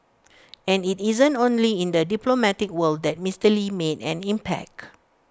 and IT isn't only in the diplomatic world that Mister lee made an impact